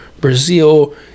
brazil